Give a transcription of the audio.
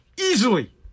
easily